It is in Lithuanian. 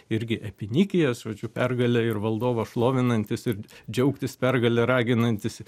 irgi epinikijas žodžiu pergalę ir valdovą šlovinantis ir džiaugtis pergale raginantis